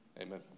Amen